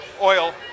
Oil